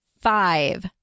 five